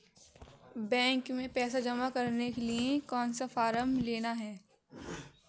Bank में पैसा जमा करने के लिए कौन सा फॉर्म लेना है?